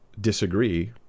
disagree